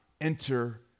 enter